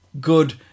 good